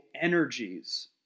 energies